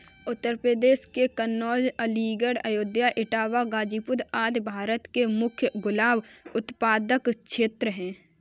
उत्तर प्रदेश के कन्नोज, अलीगढ़, अयोध्या, इटावा, गाजीपुर आदि भारत के मुख्य गुलाब उत्पादक क्षेत्र हैं